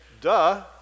Duh